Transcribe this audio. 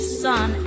sun